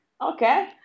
okay